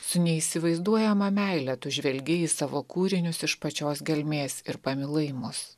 su neįsivaizduojama meile tu žvelgi į savo kūrinius iš pačios gelmės ir pamilai mus